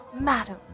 Madam